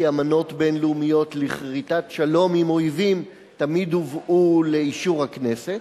כי אמנות בין-לאומיות לכריתת שלום עם אויבים תמיד הובאו לאישור הכנסת.